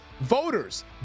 voters